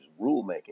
rulemaking